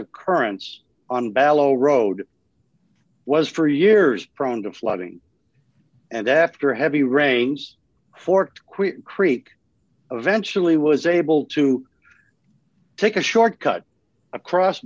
occurrence on ballo road was for years prone to flooding and after heavy rains for quick creek eventually was able to take a short cut across